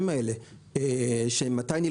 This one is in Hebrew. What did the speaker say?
ומאותו בנק שנותן לו את המשכנתה,